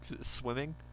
swimming